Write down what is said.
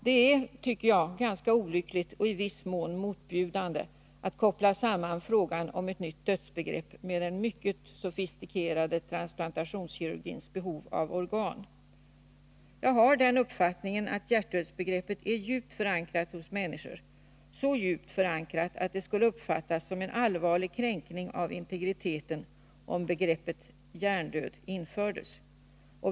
Det är, tycker jag, ganska olyckligt och i viss mån motbjudande att koppla samman frågan om ett nytt dödsbegrepp med den mycket sofistikerade transplantationskirurgins behov av organ. Jag har den uppfattningen att hjärtdödsbegreppet är djupt förankrat hos människorna, så djupt förankrat att det skulle uppfattas som en allvarlig kränkning av integriteten, om begreppet hjärndöd infördes.